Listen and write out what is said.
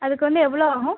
அதுக்கு வந்து எவ்வளோ ஆகும்